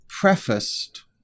prefaced